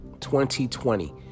2020